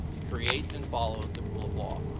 to create and follow the rule of law.